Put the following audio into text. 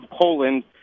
Poland